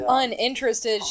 uninterested